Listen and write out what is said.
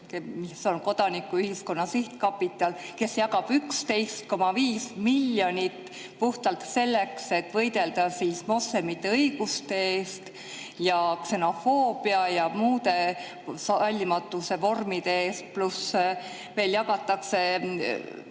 see on Kodanikuühiskonna Sihtkapital, kes jagab 11,5 miljonit puhtalt selleks, et võidelda moslemite õiguste eest ja ksenofoobia ja muude sallimatuse vormide eest. Pluss veel jagatakse